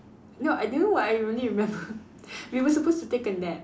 no do you know what I really remember we were supposed to take a nap